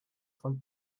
von